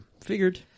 figured